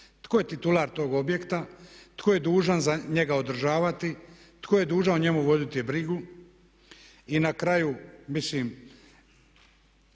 Tko je titular tog objekta, tko je dužan njega održavati, tko je dužan o njemu voditi brigu? I na kraju mislim